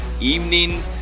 evening